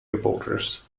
reporters